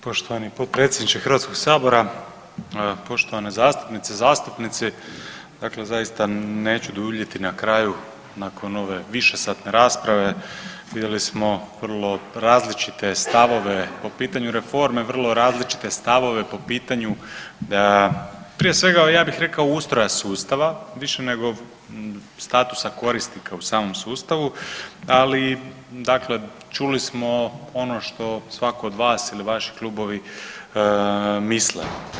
Poštovani potpredsjedniče HS-a, poštovane zastupnice, zastupnici, dakle zaista neću duljini na kraju nakon ove višesatne rasprave, vidjeli smo vrlo različite stavove po pitanju reforme, vrlo različite stavove po pitanju, prije svega, ja bih rekao, ustroja sustava, više nego status korisnika u samom sustavu, ali dakle, čuli smo ono što svatko od vas ili vaši klubovi misle.